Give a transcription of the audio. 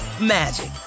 magic